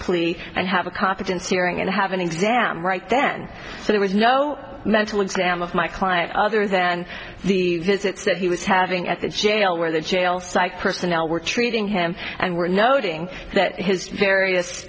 police and have a competency hearing and have an exam right then so there was no mental exam of my client other than the visits that he was having at the jail where the jail psych personnel were treating him and were noting that his various